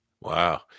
Wow